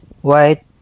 white